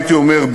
הייתי אומר,